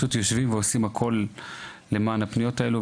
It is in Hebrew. עושה הכול למען פניות אלה,